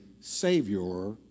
Savior